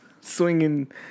swinging